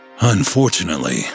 Unfortunately